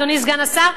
אדוני סגן השר,